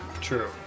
True